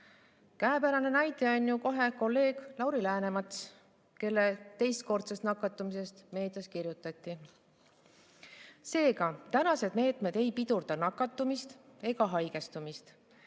Käepärane näide on ju kolleeg Lauri Läänemets, kelle teistkordsest nakatumisest meedias kirjutati. Seega, praegused meetmed ei pidurda nakatumist ega